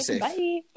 Bye